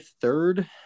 third